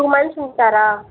two months ఉంటారా